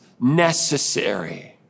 necessary